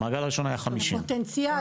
המעגל הראשון היה 50. הפוטנציאל.